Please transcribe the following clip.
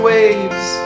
Waves